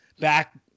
back